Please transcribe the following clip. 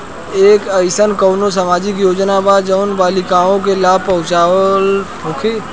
का एइसन कौनो सामाजिक योजना बा जउन बालिकाओं के लाभ पहुँचावत होखे?